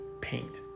paint